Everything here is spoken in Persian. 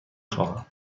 خواهم